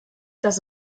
das